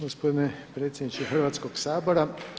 Gospodine predsjedniče Hrvatskoga sabora!